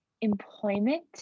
employment